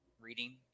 reading